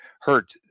hurt